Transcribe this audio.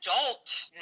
adult